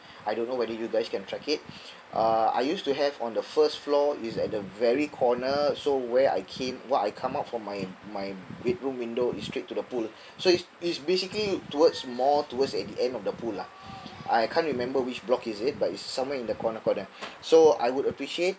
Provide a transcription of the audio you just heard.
I don't know whether you guys can track it uh I used to have on the first floor it's at the very corner so where I came when I come out from my my bedroom window it's straight to the pool so it's it's basically towards more towards at the end of the pool lah I can't remember which block is it but it's somewhere in the corner corner so I would appreciate